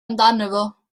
amdano